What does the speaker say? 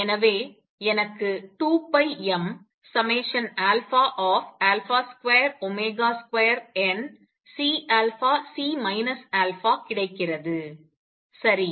எனவே எனக்கு 2πm22CC α கிடைக்கிறது சரி